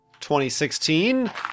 2016